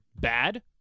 bad